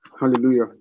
Hallelujah